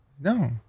No